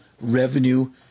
revenue